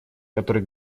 который